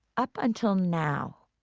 up until now,